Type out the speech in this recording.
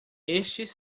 estes